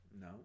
No